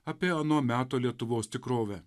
apie ano meto lietuvos tikrovę